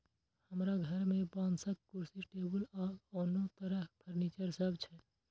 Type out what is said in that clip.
हमरा घर मे बांसक कुर्सी, टेबुल आ आनो तरह फर्नीचर सब छै